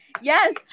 yes